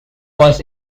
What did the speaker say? was